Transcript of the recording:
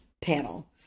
panel